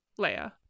Leia